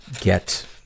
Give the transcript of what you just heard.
get